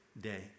day